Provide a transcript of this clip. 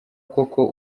koko